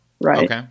Right